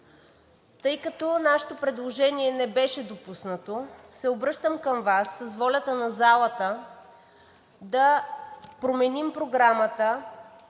Тъй като нашето предложение не беше допуснато, се обръщам към Вас с волята на залата да променим Програмата,